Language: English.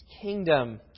kingdom